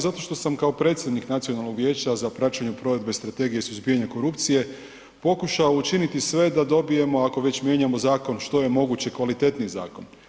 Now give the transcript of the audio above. Zato što sam kao predsjednik Nacionalnog vijeća za praćenje provedbe strategije i suzbijanja korupcije pokušao učiniti sve da dobijemo, ako već mijenjamo zakon što je moguće kvalitetniji zakon.